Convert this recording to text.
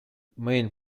main